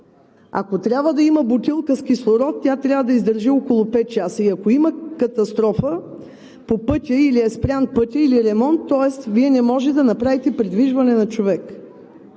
Ако трябва да има бутилка с кислород, тя трябва да издържи около пет часа и ако има катастрофа по пътя или е спрян пътят, или ремонт, тоест Вие не можете да направите придвижване на човек.